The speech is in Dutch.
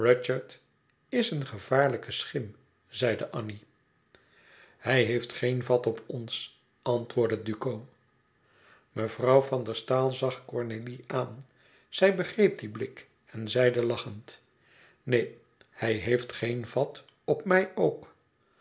is een gevaarlijke schim zeide annie hij heeft geen vat op ons antwoordde duco mevrouw van der staal zag cornélie aan zij begreep dien blik en zeide lachend neen hij geeft geen vat op mij ook